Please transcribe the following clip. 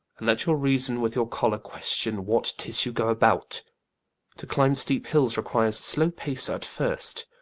and let your reason with your choller question what tis you go about to climbe steepe hilles requires slow pace at first.